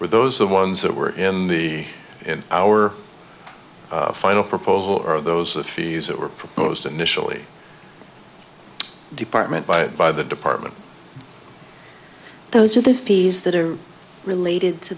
are those the ones that were in the in our final proposal are those the fees that were proposed initially department by by the department those are the fees that are related to